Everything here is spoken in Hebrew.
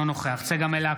אינו נוכח צגה מלקו,